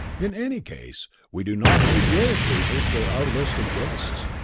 in any case, we do not need your approval for our list of guests.